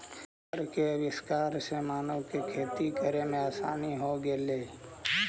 हर के आविष्कार से मानव के खेती करे में आसानी हो गेलई